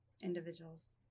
Individuals